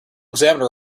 examiner